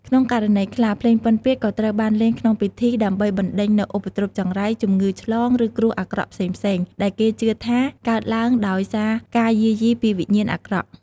ក្នុងករណីខ្លះ ភ្លេងពិណពាទ្យក៏ត្រូវបានលេងក្នុងពិធីដើម្បីបណ្ដេញនូវឧបទ្រពចង្រៃ ជំងឺឆ្លង ឬគ្រោះអាក្រក់ផ្សេងៗ ដែលគេជឿថាកើតឡើងដោយសារការយាយីពីវិញ្ញាណអាក្រក់។